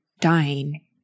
dying